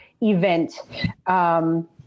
event